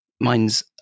mine's